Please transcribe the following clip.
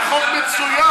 זה חוק מצוין.